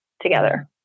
together